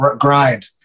grind